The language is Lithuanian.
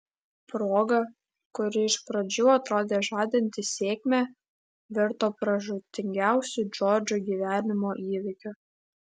proga kuri iš pradžių atrodė žadanti sėkmę virto pražūtingiausiu džordžo gyvenimo įvykiu